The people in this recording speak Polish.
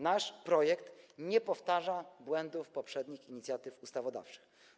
Nasz projekt nie powtarza błędów poprzednich inicjatyw ustawodawczych.